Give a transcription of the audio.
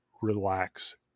relax